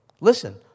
Listen